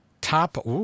Top